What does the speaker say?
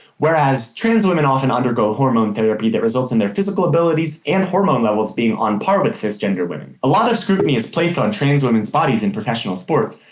whereas trans women often undergo hormone therapy that results in their physical abilities and hormone levels being on par with cisgender women. a lot of scrutiny is placed on trans women's bodies in professional sports,